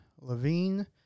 Levine